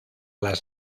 las